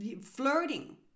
flirting